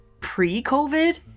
pre-COVID